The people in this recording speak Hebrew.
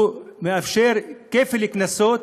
הוא מאפשר כפל קנסות,